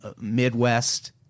Midwest